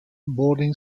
boarding